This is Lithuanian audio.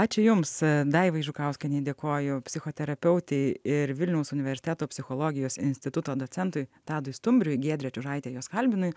ačiū jums daivai žukauskienei dėkoju psichoterapeutei ir vilniaus universiteto psichologijos instituto docentui tadui stumbriui giedrė čiužaitė juos kalbino